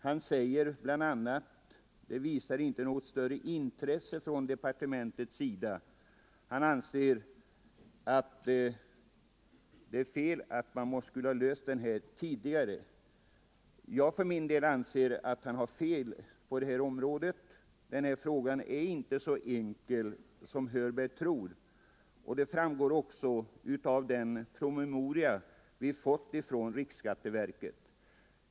Han sade bl.a. att det inte tyder på något större intresse från departementets sida. För min del anser jag att herr Hörberg har fel. Denna fråga är inte så enkel som herr Hörberg tror. Det framgår också av den promemoria som vi fått från riksskatteverket.